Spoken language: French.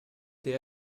été